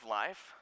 life